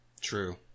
True